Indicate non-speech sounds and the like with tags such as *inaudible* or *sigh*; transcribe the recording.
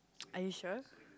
*noise* are you sure